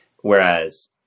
Whereas